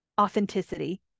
authenticity